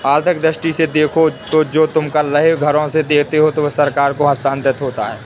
आर्थिक दृष्टि से देखो तो जो कर तुम घरों से देते हो वो सरकार को हस्तांतरित होता है